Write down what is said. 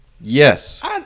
Yes